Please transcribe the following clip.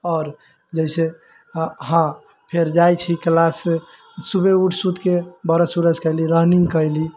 और जैसे हँ फेर जाइ छी क्लास सवेरे उठ सुत के ब्रश उर्श करली रनिंग करली